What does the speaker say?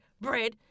bread